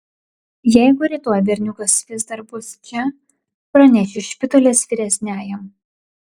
jeigu rytoj berniukas vis dar bus čia pranešiu špitolės vyresniajam